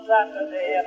Saturday